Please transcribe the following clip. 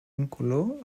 incolor